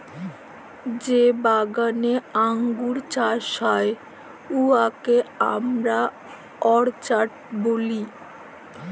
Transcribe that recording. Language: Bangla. যে বাগালে আঙ্গুর চাষ হ্যয় উয়াকে আমরা অরচার্ড ব্যলি